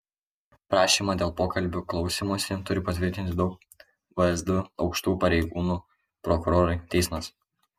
prašymą dėl pokalbių klausymosi turi patvirtinti daug vsd aukštų pareigūnų prokurorai teismas